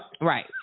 Right